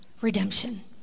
redemption